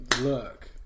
Look